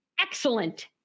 excellent